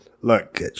Look